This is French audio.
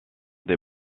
des